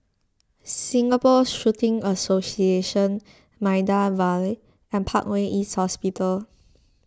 Singapore Shooting Association Maida Vale and Parkway East Hospital